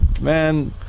man